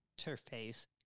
interface